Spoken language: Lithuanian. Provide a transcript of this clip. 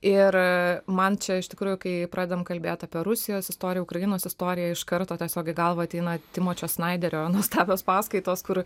ir man čia iš tikrųjų kai pradedam kalbėt apie rusijos istoriją ukrainos istoriją iš karto tiesiog į galvą ateina timo česnaiderio nuostabios paskaitos kur